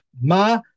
Ma